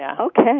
Okay